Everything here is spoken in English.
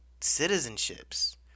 citizenships